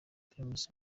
primus